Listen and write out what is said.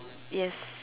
yes